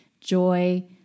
joy